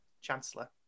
chancellor